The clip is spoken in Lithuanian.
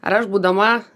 ar aš būdama